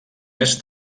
més